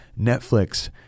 Netflix